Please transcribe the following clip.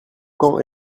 quand